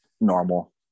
normal